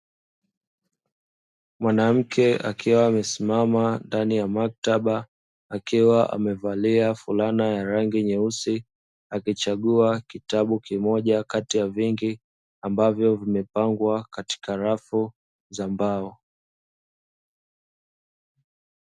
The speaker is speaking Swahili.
Mwanamke akiwa amesimama ndani ya maktaba akiwa amevalia fulana ya rangi nyeusi, akichagua kitabu kimoja kati ya vingi ambavyo vimepangwa katika rafu za mbao.